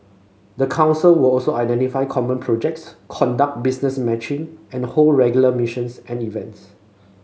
the council will also identify common projects conduct business matching and hold regular missions and events